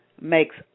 makes